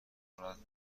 کند